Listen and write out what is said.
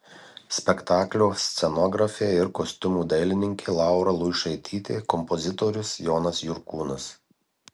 spektaklio scenografė ir kostiumų dailininkė laura luišaitytė kompozitorius jonas jurkūnas